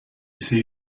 see